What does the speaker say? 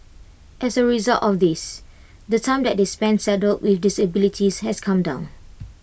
as A result of this the time that they spend saddled with disabilities has come down